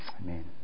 Amen